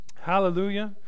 Hallelujah